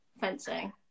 fencing